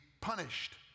punished